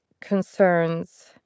concerns